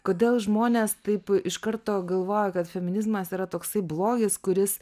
kodėl žmonės taip iš karto galvoja kad feminizmas yra toksai blogis kuris